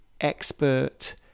expert